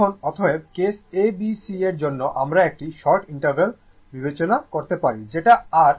এখন অতএব case a b c এর জন্য আমরা একটি শর্ট ইন্টারভ্যাল বিবেচনা করতে পারি যেটা r যে আমরা T4 বলি